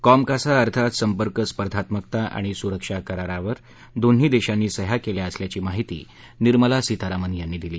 COMCASA अर्थात संपर्क स्पर्धात्मकता आणि सुरक्षा करारावर दोन्ही देशांनी सह्या केल्या असल्याची माहिती निर्मला सीतारामन यांनी दिली